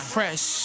Fresh